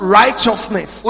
righteousness